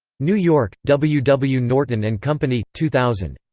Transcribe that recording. new york w. w. norton and company, two thousand.